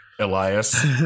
Elias